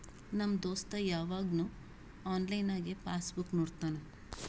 ನಮ್ ದೋಸ್ತ ಯವಾಗ್ನು ಆನ್ಲೈನ್ನಾಗೆ ಪಾಸ್ ಬುಕ್ ನೋಡ್ತಾನ